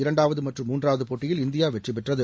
இரண்டாவது மற்றும் மூன்றாவது போட்டியில் இந்தியா வெற்றிபெற்றது